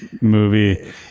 Movie